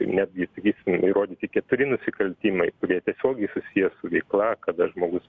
netgi sakysim įrodyti keturi nusikaltimai kurie tiesiogiai susiję su veikla kada žmogus